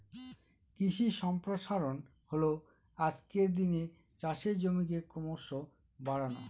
কৃষি সম্প্রসারণ হল আজকের দিনে চাষের জমিকে ক্রমশ বাড়ানো